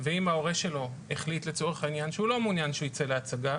ואם ההורה שלו החליט לצורך העניין שהוא לא מעוניין שהוא יצא להצגה,